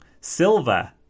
silver